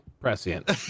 Prescient